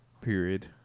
Period